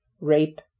rape